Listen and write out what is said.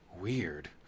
Weird